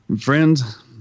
Friends